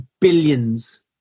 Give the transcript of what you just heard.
billions